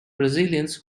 brazilians